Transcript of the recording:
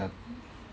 yup